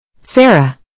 Sarah